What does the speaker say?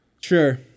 sure